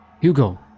Hugo